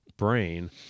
brain